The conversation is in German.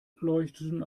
leuchteten